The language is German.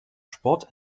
sport